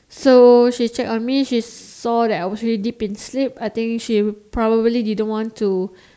so she check on me she saw that I was already deep in sleep I think she probably didn't want to